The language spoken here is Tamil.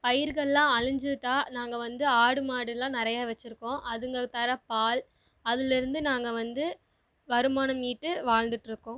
பயிர்கள்லாம் அழிஞ்சிட்டால் நாங்கள் வந்து ஆடு மாடெல்லாம் நிறையா வச்சுருக்கோம் அதுங்க தர பால் அதில் இருந்து நாங்கள் வந்து வருமானம் ஈட்டி வாழ்ந்துகிட்டு இருக்கோம்